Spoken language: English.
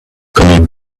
coming